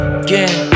again